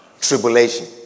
tribulation